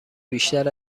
بیشتر